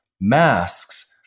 masks